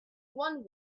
one